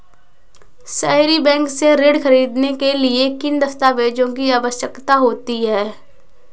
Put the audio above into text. सहरी बैंक से ऋण ख़रीदने के लिए किन दस्तावेजों की आवश्यकता होती है?